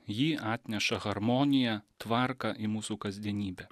ji atneša harmoniją tvarką į mūsų kasdienybę